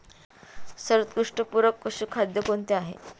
सर्वोत्कृष्ट पूरक पशुखाद्य कोणते आहे?